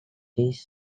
this